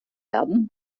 werden